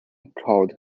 called